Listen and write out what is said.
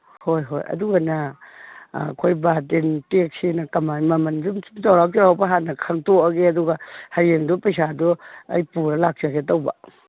ꯍꯣꯏ ꯍꯣꯏ ꯑꯗꯨꯒꯅꯦ ꯑꯩꯈꯣꯏ ꯕꯥꯇꯤꯟ ꯇꯦꯛꯁꯤꯅ ꯀꯃꯥꯏ ꯃꯃꯜ ꯁꯨꯝ ꯆꯧꯔꯥꯛ ꯆꯧꯔꯥꯛꯄ ꯍꯥꯟꯅ ꯈꯪꯗꯣꯛꯑꯒꯦ ꯑꯗꯨꯒ ꯍꯌꯦꯡꯗꯣ ꯄꯩꯁꯥꯗꯣ ꯑꯩ ꯄꯨꯔ ꯂꯥꯛꯆꯒꯦ ꯇꯧꯕ